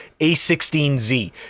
A16Z